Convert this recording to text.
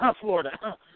Florida